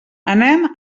anem